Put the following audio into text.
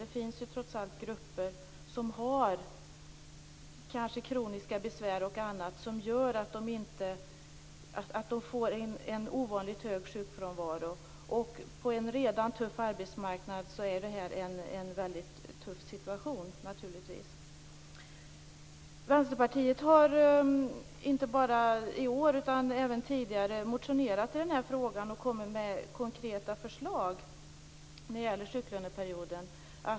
Det finns trots allt grupper som har t.ex. kroniska besvär som gör att de får en ovanligt hög sjukfrånvaro. På en redan tuff arbetsmarknad blir det naturligtvis en tuff situation. Vänsterpartiet har inte bara i år utan även tidigare motionerat i frågan och kommit med konkreta förslag när det gäller sjuklöneperioden.